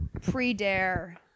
pre-Dare